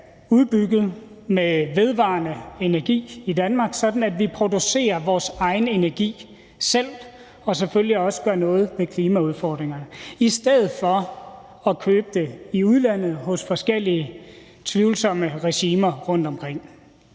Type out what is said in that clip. udbygget den vedvarende energi i Danmark, sådan at vi producerer vores egen energi – og selvfølgelig også gør noget ved klimaudfordringerne – i stedet for at købe den i udlandet hos forskellige tvivlsomme regimer rundtomkring.